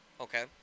Okay